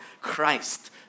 Christ